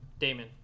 Damon